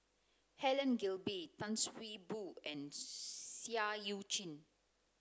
Helen Gilbey Tan See Boo and Seah Eu Chin